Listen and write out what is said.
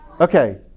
Okay